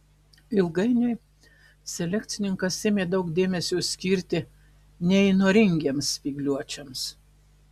ilgainiui selekcininkas ėmė daug dėmesio skirti neįnoringiems spygliuočiams